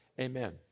Amen